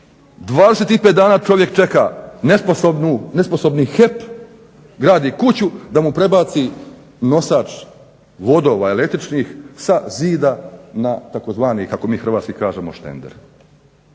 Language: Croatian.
25 dana čovjek čeka nesposobni HEP, gradi kuću, da mu prebaci nosač vodova električnih sa zida na tzv. kako mi hrvatski kažemo štender.